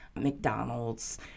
McDonald's